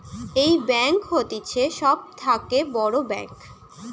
এই ব্যাঙ্ক হতিছে সব থাকে বড় ব্যাঙ্ক